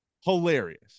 hilarious